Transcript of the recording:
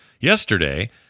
Yesterday